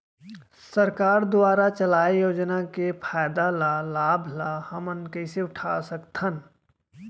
सरकार दुवारा चलाये योजना के फायदा ल लाभ ल हमन कइसे उठा सकथन?